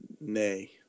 nay